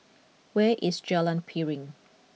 where is Jalan Piring